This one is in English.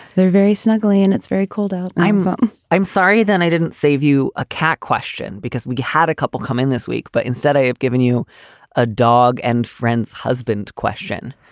they're very snuggly and it's very cold out. i'm, um, i'm sorry that i didn't save you a cat question because we had a couple coming this week. but instead, i've ah given you a dog and friend's husband. question.